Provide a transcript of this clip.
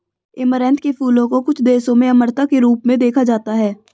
amaranth के फूलों को कुछ देशों में अमरता के रूप में देखा जाता है